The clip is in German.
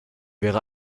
wäre